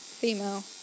female